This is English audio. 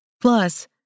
Plus